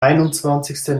einundzwanzigste